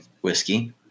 whiskey